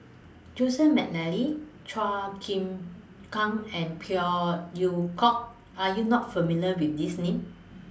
Joseph Mcnally Chua Chim Kang and Phey Yew Kok Are YOU not familiar with These Names